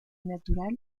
natural